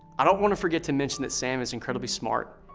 i don't wanna forget to mention that sam is incredibly smart,